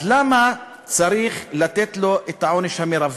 אז למה צריך לתת לו את העונש המרבי?